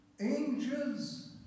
angels